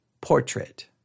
portrait